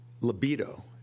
libido